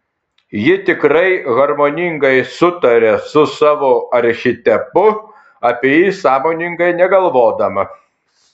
ji tikrai harmoningai sutaria su savo archetipu apie jį sąmoningai negalvodama